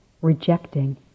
rejecting